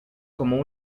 como